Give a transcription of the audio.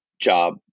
job